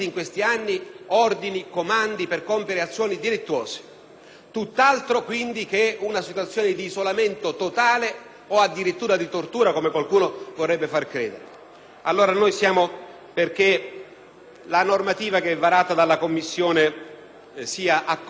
Tutt'altro, quindi, che una situazione di isolamento totale o addirittura di tortura, come qualcuno vorrebbe far credere. Noi vogliamo, allora, che la normativa che è stata varata dalle Commissioni sia accolta e che sia respinto l'emendamento